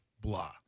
blah